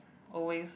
always